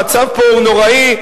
המצב פה הוא נוראי.